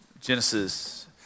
Genesis